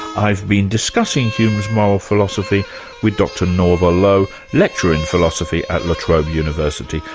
i've been discussing hume's moral philosophy with dr norva lo, lecturer in philosophy at la trobe university.